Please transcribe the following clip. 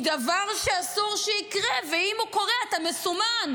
היא דבר שאסור שיקרה, ואם הוא קורה, אתה מסומן.